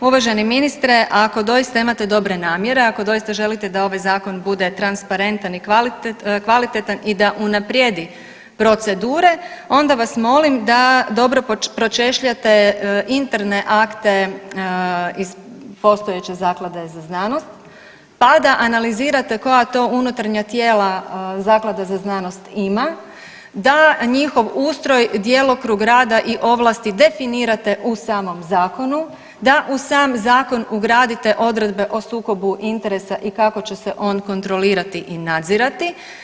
Uvaženi ministre ako doista imate dobre namjere, ako doista želite da ovaj zakon bude transparentan i kvalitetan i da unaprijedi procedure onda vas molim da dobro pročešljate interne akte iz postojeće Zaklade za znanost, pa da analizirate koja to unutarnja Zaklada za znanost ima, da njihov ustroj, djelokrug rada i ovlasti definirate u samom zakonu, da u sam zakon ugradite odredbe o sukobu interesa i kako će se on kontrolirati i nadzirati.